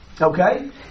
Okay